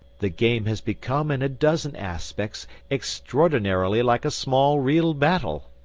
the game has become in a dozen aspects extraordinarily like a small real battle.